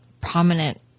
prominent –